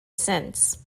since